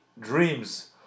dreams